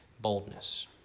boldness